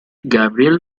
gabriele